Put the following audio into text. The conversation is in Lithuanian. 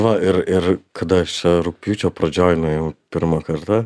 va ir ir kada aš čia rugpjūčio pradžioje nuėjau pirmą kartą